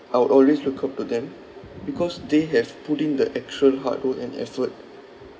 I will always look up to them because they have put in the actual hard work and effort